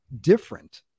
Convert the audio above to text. different